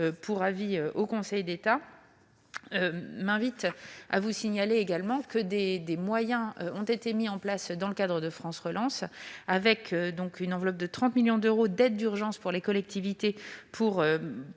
pour avis au Conseil d'État. Je tiens enfin à vous signaler que des moyens ont été mis en place dans le cadre de France Relance : une enveloppe de 30 millions d'euros d'aide d'urgence vient aider les collectivités à